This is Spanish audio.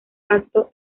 acto